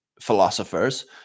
philosophers